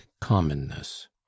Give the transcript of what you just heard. commonness